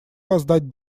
воздать